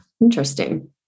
Interesting